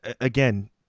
again